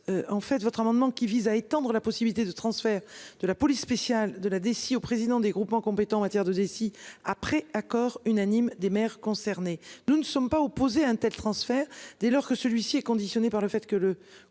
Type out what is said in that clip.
spéciale. L'amendement n° 56 vise à étendre la possibilité de transfert de la police spéciale de la Deci au président des groupements compétents en matière de Deci après accord unanime des maires concernés. Nous ne sommes pas opposés à un tel transfert, dès lors que celui-ci est conditionné par le fait que le